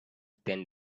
stand